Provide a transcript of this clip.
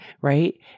right